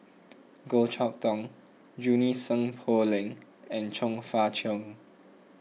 Goh Chok Tong Junie Sng Poh Leng and Chong Fah Cheong